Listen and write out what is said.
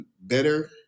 better